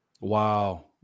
Wow